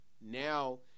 now